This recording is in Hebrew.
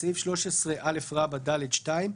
בסעיף 13א(ד)(2),